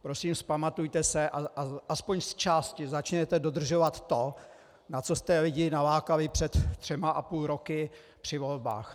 Prosím vzpamatujte se a alespoň zčásti začněte dodržovat to, na co jste lidi nalákali před třemi a půl rokem při volbách.